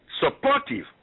supportive